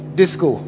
disco